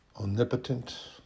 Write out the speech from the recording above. omnipotent